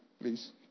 please